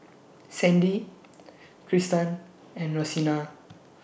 Sandy Kristan and Rosina